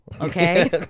okay